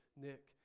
nick